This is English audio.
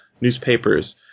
newspapers